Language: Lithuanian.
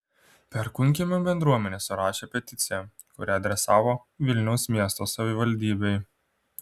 perkūnkiemio bendruomenė surašė peticiją kurią adresavo vilniaus miesto savivaldybei